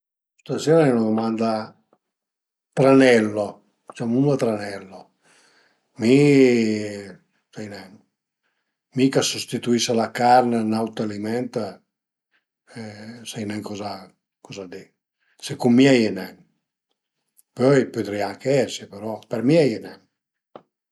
Sta sì al e 'na dumanda tranello, ciamumla tranello, mi sai nen, mi ch'a sustituisa la carn n'aut aliment sai nen coza, sai nen coza di, secund me a ie nen, pöi pëdrìa anche esi, però për mi a ie nen